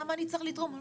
למה אני צריך לתרום?